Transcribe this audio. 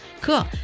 Cool